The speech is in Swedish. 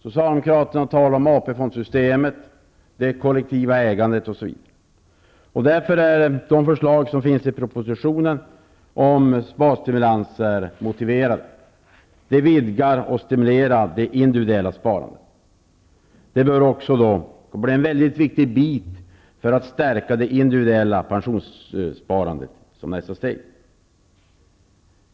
Socialdemokraterna talar om Därför är det förslag som finns i propositionen om sparstimulanser motiverat. Det vidgar och stimulerar det individuella sparandet. Det blir en väldigt viktig bit i att som nästa steg stärka det individuella pensionssparandet.